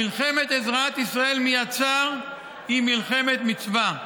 מלחמת עזרת ישראל מיד צר היא מלחמת מצווה.